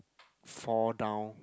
fall down